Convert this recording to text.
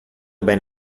ben